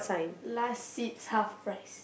last sits half price